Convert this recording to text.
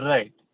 Right